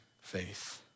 faith